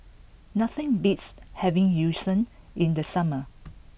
nothing beats having yu sheng in the summer